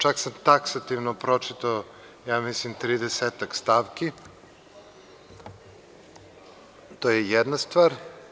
Čak, sam taksativno pročitao, ja mislim, tridesetak stavki, to je jedna stvar.